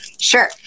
Sure